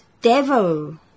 devil